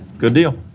good deal.